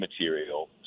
material